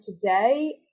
today